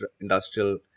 industrial